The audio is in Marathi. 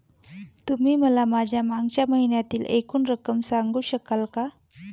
तुम्ही मला माझ्या मागच्या महिन्यातील एकूण रक्कम सांगू शकाल का?